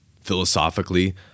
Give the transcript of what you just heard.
philosophically